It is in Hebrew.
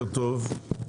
בוקר טוב,